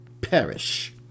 perish